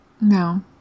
No